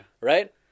Right